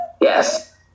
yes